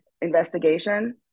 investigation